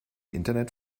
internet